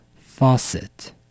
Faucet